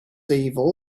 evil